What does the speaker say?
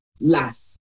last